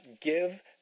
give